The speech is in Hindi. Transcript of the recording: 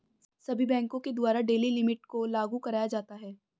सभी बैंकों के द्वारा डेली लिमिट को लागू कराया जाता है